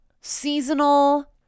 seasonal